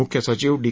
मुख्य सचिव डी